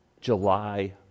July